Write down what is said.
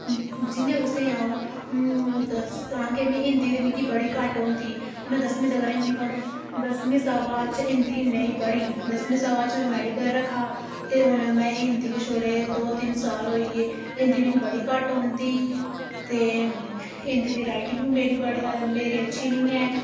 जियां तुसेंगी अ'ऊं दस्सां कि हिंदी दी मिगी बड़ी घट्ट औंदी में दसमीं तगर हिंदी पढ़ी दसमीं शा बाद च हिंदी नेईं पढ़ी दसमीं शा बाद च में मैडिकल रक्खा ते हून में हिंदी छोड़े दो तिन साल होई गे हिंदी मिगी बड़ी घट्ट औंदी ते हिंदी दी रायटिंग बी मेरी बड़ी मेरी अच्छी निं ऐ